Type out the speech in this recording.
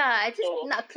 so